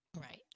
Right